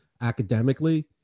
academically